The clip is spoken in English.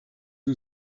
who